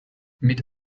mit